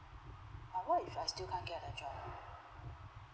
but what if I still can't get a job